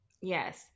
Yes